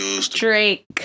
Drake